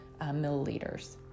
milliliters